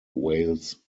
wales